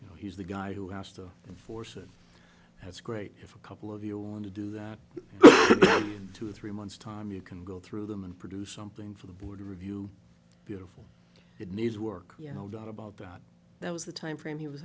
you know he's the guy who has to force it and it's great if a couple of you want to do that two or three months time you can go through them and produce something for the board review beautiful it needs work no doubt about that was the time frame he was